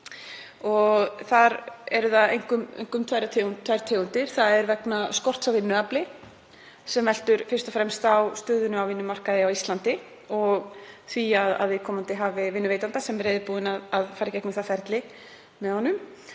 Það eru einkum tvær tegundir, þ.e. vegna skorts á vinnuafli, sem veltur fyrst og fremst á stöðunni á vinnumarkaði á Íslandi og því að viðkomandi hafi vinnuveitanda sem er reiðubúinn að fara í gegnum það ferli með honum,